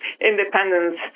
independence